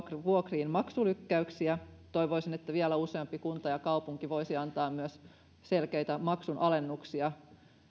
vuokriin maksulykkäyksiä toivoisin että vielä useampi kunta ja kaupunki voisi antaa myös selkeitä maksunalennuksia